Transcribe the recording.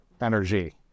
energy